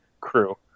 crew